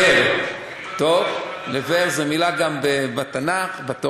לבער, טוב, לבער זאת גם מילה בתנ"ך, בתורה.